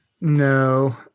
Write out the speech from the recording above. No